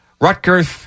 Rutgers